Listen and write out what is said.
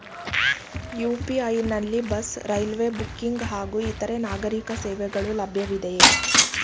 UPI ನಲ್ಲಿ bus, railway booking ಹಾಗೂ ಇತರೆ ನಾಗರೀಕ ಸೇವೆಗಳು ಲಭ್ಯವಿದೆಯೇ?